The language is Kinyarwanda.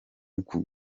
uku